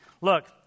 Look